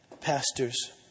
pastors